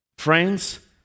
Friends